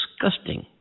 disgusting